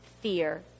fear